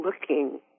looking